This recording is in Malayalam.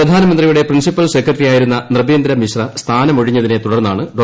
പ്രധാനമന്ത്രിയുടെ പ്രിൻസിപ്പൽ സെക്രട്ടറിയായിരുന്ന നൃപേന്ദ്ര മിശ്ര സ്ഥാനമൊഴിഞ്ഞതിനെ തുടർന്നാണ് ഡോ